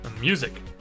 music